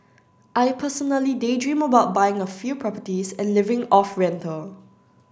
I personally daydream about buying a few properties and living off rental